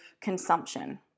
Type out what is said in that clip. consumption